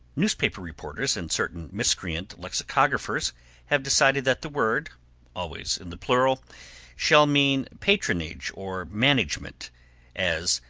newspaper reporters and certain miscreant lexicographers have decided that the word always in the plural shall mean patronage or management as,